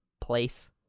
place